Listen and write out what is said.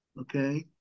okay